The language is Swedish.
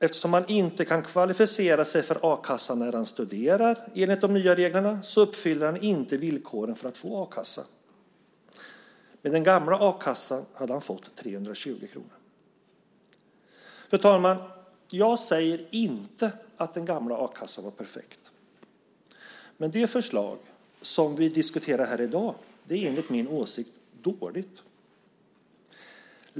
Eftersom han inte kan kvalificera sig för a-kassan när han studerar, enligt de nya reglerna, uppfyller han inte villkoren för att få a-kassa. Med den gamla a-kassan hade han fått 320 kr. Fru talman! Jag säger inte att den gamla a-kassan var perfekt, men det förslag som vi diskuterar här i dag är enligt min åsikt dåligt.